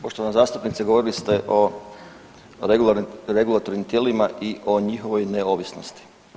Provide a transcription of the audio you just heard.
Poštovana zastupnice govorili ste o regulatornim tijelima i o njihovoj neovisnosti.